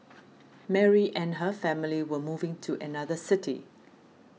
Mary and her family were moving to another city